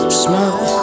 smoke